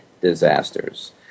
disasters